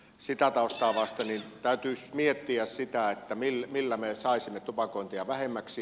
sitä taustaa vasten täytyisi miettiä sitä millä me saisimme tupakointia vähemmäksi